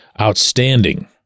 outstanding